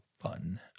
fun